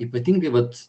ypatingai vat